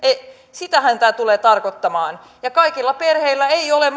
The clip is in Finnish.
sitähän tämä tulee tarkoittamaan kaikilla perheillä ei ole